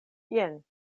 jen